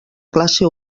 classe